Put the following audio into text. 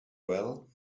well